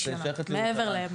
את שייכת לירושלים.